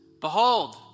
Behold